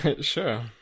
Sure